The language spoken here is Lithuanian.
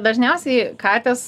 dažniausiai katės